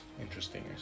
interesting